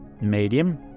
Medium